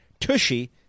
Tushy